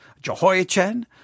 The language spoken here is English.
Jehoiachin